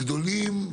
גדולות,